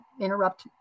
interrupt